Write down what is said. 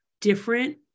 different